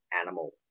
animal